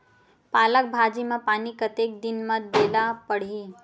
पालक भाजी म पानी कतेक दिन म देला पढ़ही?